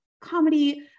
comedy